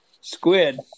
squid